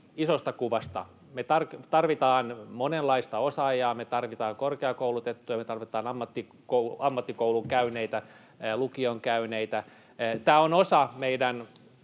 isosta kuvasta. Me tarvitaan monenlaista osaajaa, me tarvitaan korkeakoulutettuja, me tarvitaan ammattikoulun käyneitä, lukion käyneitä. Tämä on osa meidän